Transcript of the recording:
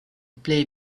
play